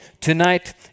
tonight